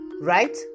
right